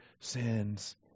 sins